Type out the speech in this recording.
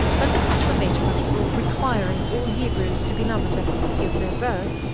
when the proclamation went abroad requiring all hebrews to be numbered at the cities of their birth